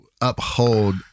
uphold